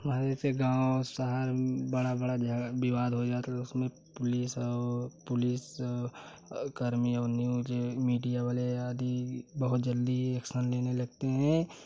हमारे जैसे गाँव शहर बड़ा बड़ा विवाद हो जाता लोग उसमें पुलिस और पुलिस कर्मियों न्यूज़ मीडिया वाले आदि बहुत जल्दी एक्शन लेने लगते हैं